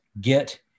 get